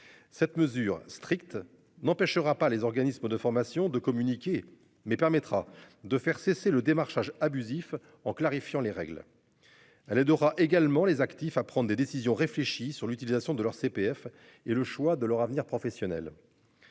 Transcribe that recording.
Cette mesure stricte n'empêchera pas les organismes de formation de communiquer mais permettra de faire cesser le démarchage abusif en clarifiant les règles. À l'aura également les actifs à prendre des décisions réfléchies sur l'utilisation de leur CPF et le choix de leur avenir professionnel.--